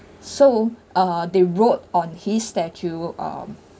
so uh they wrote on his statue um